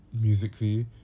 musically